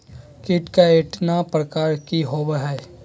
कीट के एंटीना प्रकार कि होवय हैय?